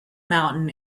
mountain